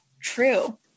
true